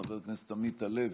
חבר הכנסת עמית הלוי,